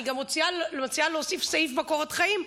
אני גם מציעה להוסיף סעיף בקורות חיים: